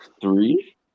three